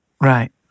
Right